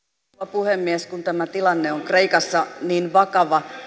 puhemies kun tämä tilanne on kreikassa niin vakava